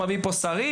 מביא פה שרים,